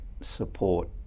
support